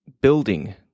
building